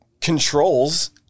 controls